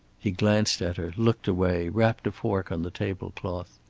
he glanced at her, looked away, rapped a fork on the table cloth.